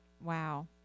Wow